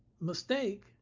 mistake